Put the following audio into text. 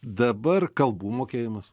dabar kalbų mokėjimas